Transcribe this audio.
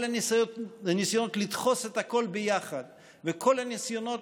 כל הניסיונות לדחוס את הכול ביחד וכל הניסיונות